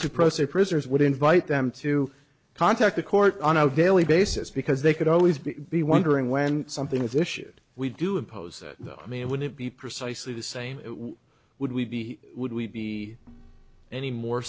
to proceed prisoners would invite them to contact the court on a daily basis because they could always be be wondering when something is issued we do impose i mean it wouldn't be precisely the same would we be would we be any more